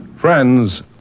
Friends